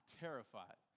terrified